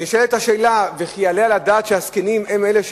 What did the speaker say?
נשאלת השאלה: וכי יעלה על הדעת שהזקנים הם אלה שהרגו?